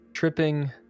Tripping